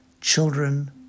children